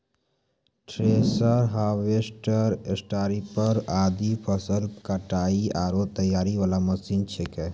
thresher, harvester, स्टारीपर आदि फसल कटाई आरो तैयारी वाला मशीन छेकै